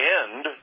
end